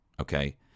okay